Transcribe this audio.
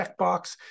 checkbox